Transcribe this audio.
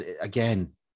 again